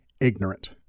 ignorant